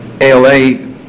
ALA